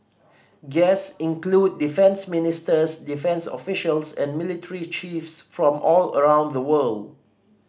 guest included defence ministers defence officials and military chiefs from all around the world